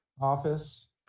office